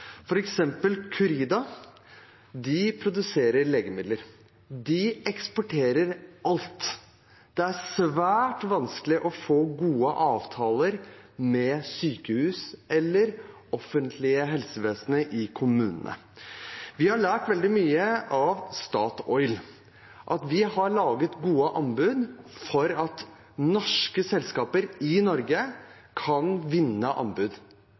produserer Curida legemidler. De eksporterer alt. Det er svært vanskelig å få gode avtaler med sykehus eller det offentlige helsevesenet i kommunene. Vi har lært veldig mye av Statoil. De har laget gode anbud, slik at norske selskaper i Norge kan vinne anbud